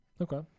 Okay